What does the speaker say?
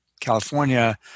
California